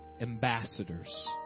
ambassadors